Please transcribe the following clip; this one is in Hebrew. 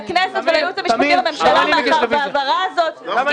מה הבעיה?